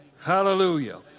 Hallelujah